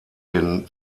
den